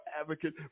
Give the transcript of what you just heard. advocate